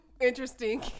interesting